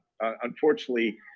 Unfortunately